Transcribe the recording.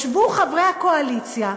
ישבו חברי הקואליציה,